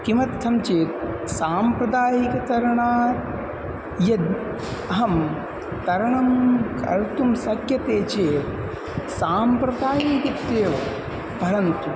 किमर्थं चेत् साम्प्रदायिकतरणं यद् अहं तरणं कर्तुं शक्यते चेत् साम्प्रदायिकम् इत्येव परन्तु